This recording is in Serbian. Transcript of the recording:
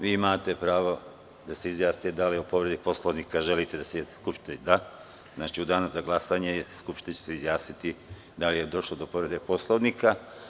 Vi imate pravo da se izjasnite da li je povređen Poslovnik. (Da) Znači, u Danu za glasanje Skupština će se izjasniti da li je došlo do povrede Poslovnika.